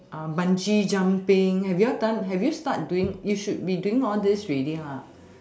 bungee jumping have you all done have you start doing you should be doing all these ready